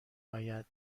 آید